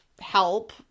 help